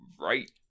right